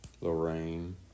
Lorraine